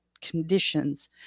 conditions